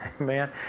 Amen